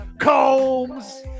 Combs